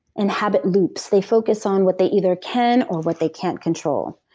in habit loops. they focus on what they either can or what they can't control.